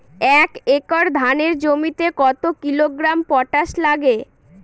এক একর ধানের জমিতে কত কিলোগ্রাম পটাশ লাগে?